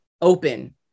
open